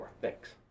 Thanks